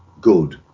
good